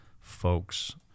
folks